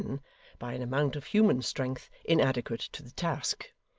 by an amount of human strength inadequate to the task.